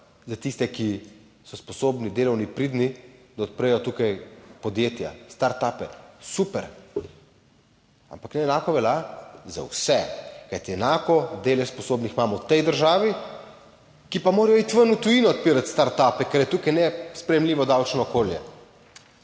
za tiste, ki so sposobni, delavni, pridni, da odprejo tukaj podjetja, startupe. Super, ampak naj enako velja za vse, kajti enako delež sposobnih imamo v tej državi, ki pa morajo iti ven v tujino odpirati startupe, kar je tukaj nesprejemljivo davčno okolje.